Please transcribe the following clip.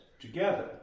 together